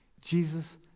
jesus